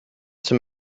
zum